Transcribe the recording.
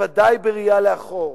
בוודאי בראייה לאחור,